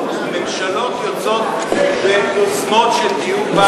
ממשלות יוצאות ביוזמות של דיור בר-השגה,